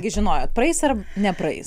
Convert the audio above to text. gi žinojot praeis ar nepraeis